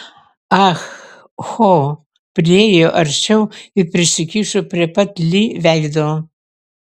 ah ho priėjo arčiau ir prisikišo prie pat li veido